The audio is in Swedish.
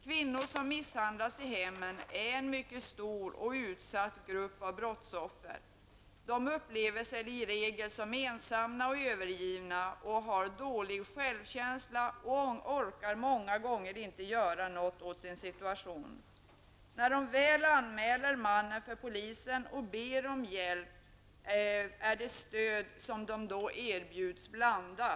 Kvinnor som misshandlas i hemmen är en stor och mycket utsatt grupp av brottsoffer. De upplever sig i regel som ensamma och övergivna. De har dålig självkänsla och orkar många gånger inte göra något åt sin situation. När de väl anmäler mannen för polisen och ber om hjälp är det stöd som de då erbjuds varierande.